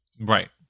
Right